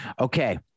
Okay